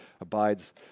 abides